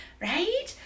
Right